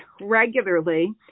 regularly